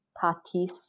parties